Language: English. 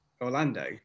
Orlando